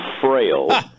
frail